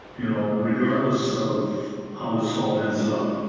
you know regardless of how this all ends up.